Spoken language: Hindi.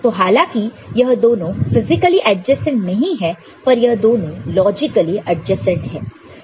तो हालांकि यह दोनों फिजिकली एडजेसेंट नहीं है पर यह दोनों लॉजिकली एडजेसेंट है